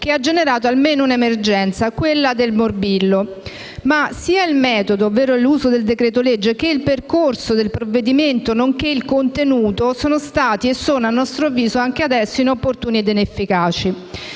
che ha generato almeno un'emergenza, quella del morbillo. Ma sia il metodo, ovvero l'uso del decreto-legge, che il percorso del provvedimento, nonché il suo contenuto, sono stati e sono, a nostro avviso, anche adesso inopportuni e inefficaci.